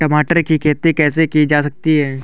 टमाटर की खेती कैसे की जा सकती है?